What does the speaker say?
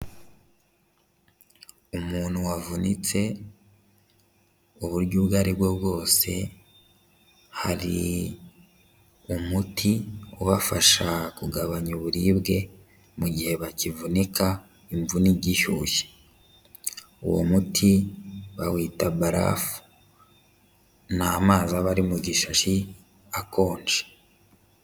Umuntu wavunitse uburyo ubwo ari bwo bwose hari umuti ubafasha kugabanya uburibwe mu gihe bakivunika imvune igishyushye, uwo muti bawita barafu, ni amazi aba ari mu gishashi akonje.